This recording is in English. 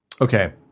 Okay